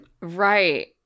Right